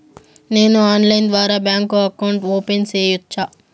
నేను ఆన్లైన్ ద్వారా bank account open సేయొచ్చా?